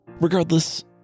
Regardless